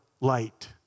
light